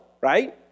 right